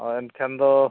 ᱦᱳᱭ ᱮᱱ ᱠᱷᱟᱱ ᱫᱚ